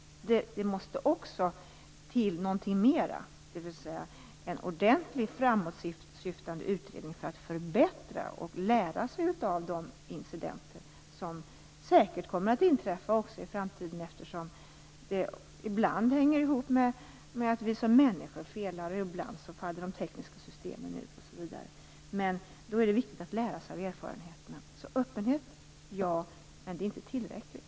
Det måste också till något mer, dvs. en ordentlig framåtsyftande utredning för att förbättra situationen inför de incidenter som säkert kommer att inträffa också i framtiden, eftersom de ibland hänger ihop med att vi som människor felar eller att de tekniska systemen faller ur osv. Men då är det viktigt att lära sig av erfarenheterna. Öppenhet, ja, men det är inte tillräckligt.